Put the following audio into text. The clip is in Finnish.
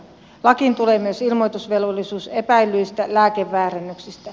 lakiin tulee myös ilmoitusvelvollisuus epäillyistä lääkeväärennöksistä